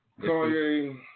Kanye